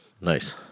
Nice